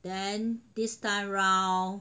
then this time round